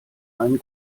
einen